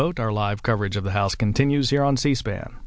vote our live coverage of the house continues here on c span